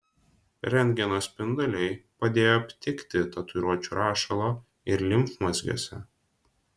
rentgeno spinduliai padėjo aptikti tatuiruočių rašalo ir limfmazgiuose